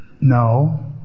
No